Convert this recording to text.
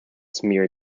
smear